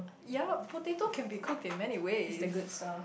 yeap potato can be cooked in many ways